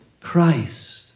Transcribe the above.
Christ